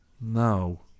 No